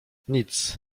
nic